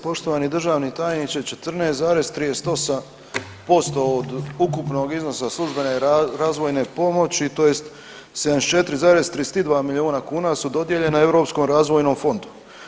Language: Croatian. Poštovani državni tajniče, 14,38% od ukupnog iznosa službene razvojne pomoći tj. 74,32 milijuna kuna su dodijeljena Europskom razvojnom fondu.